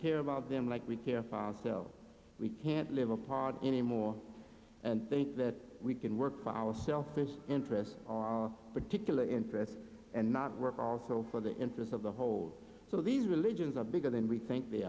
care about them like we care found so we can't live apart anymore and think that we can work for our selfish interests on particular interests and not work also for the interests of the whole so these religions are bigger than we think they